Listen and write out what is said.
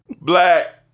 Black